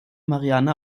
marianne